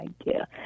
idea